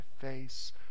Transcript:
face